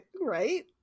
Right